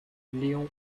léon